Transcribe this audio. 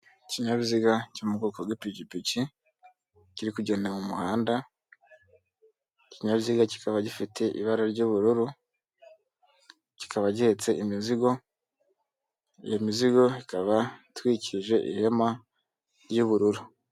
Ikinyabiziga cyo mu bwoko bw'ipikipiki kiri kugenda mu muhanda, ikinyabiziga kikaba gifite ibara ry'ubururu, kikaba gihetse imizigo, iyo mizigo ikaba itwikirije ihema ry'ubururu.